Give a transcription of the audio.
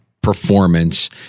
performance